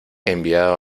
enviado